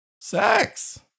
Sex